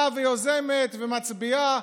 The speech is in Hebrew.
באה, יוזמת ומצביעה.